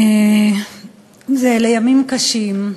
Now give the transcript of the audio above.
אלה ימים קשים,